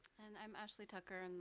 and i'm ashley tucker, and